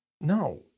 No